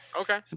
okay